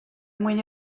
mwyn